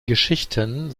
geschichten